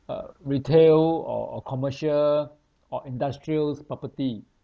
uh retail or or commercial or industrials property